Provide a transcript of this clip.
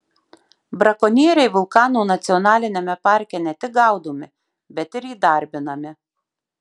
brakonieriai vulkano nacionaliniame parke ne tik gaudomi bet ir įdarbinami